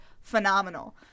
phenomenal